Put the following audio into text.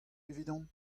evidon